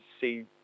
see